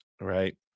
right